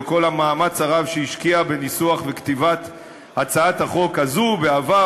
על כל המאמץ הרב שהשקיעה בניסוח וכתיבה של הצעת החוק הזאת בעבר,